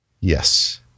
Yes